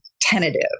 tentative